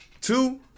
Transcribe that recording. Two